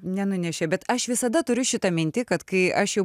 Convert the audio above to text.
nenunešė bet aš visada turiu šitą mintį kad kai aš jau